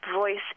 Voice